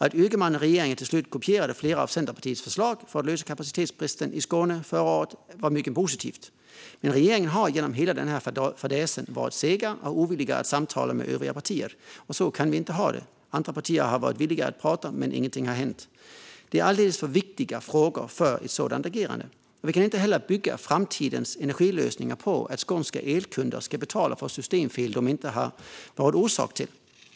Att Ygeman och regeringen till slut kopierade flera av Centerpartiets förslag för att lösa kapacitetsbristen i Skåne förra året var mycket positivt, men regeringen har genom hela denna fadäs varit seg och ovillig att samtala med övriga partier. Så kan vi inte ha det! Andra partier har varit villiga att prata, men ingenting har hänt. Detta är alldeles för viktiga frågor för ett sådant agerande. Vi kan inte heller bygga framtidens energilösningar på att skånska elkunder ska betala för systemfel de inte har varit orsak till.